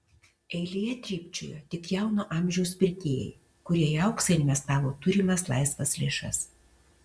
eilėje trypčiojo tik jauno amžiaus pirkėjai kurie į auksą investavo turimas laisvas lėšas